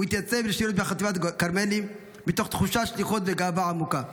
הוא התייצב לשירות בחטיבת כרמלי מתוך תחושת שליחות וגאווה עמוקה.